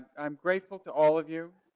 i'm grateful to all of you.